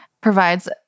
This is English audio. provides